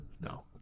No